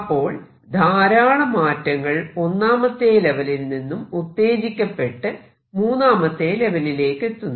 അപ്പോൾ ധാരാളം അറ്റങ്ങൾ ഒന്നാമത്തെ ലെവലിൽ നിന്നും ഉത്തേജിക്കപ്പെട്ട് മൂന്നാമത്തെ ലെവലിലെത്തുന്നു